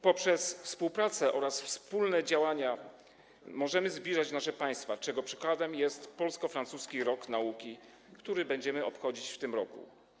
Przez współpracę oraz wspólne działania możemy zbliżać nasze państwa, czego przykładem jest Polsko-Francuski Rok Nauki, który będziemy obchodzić w tym roku.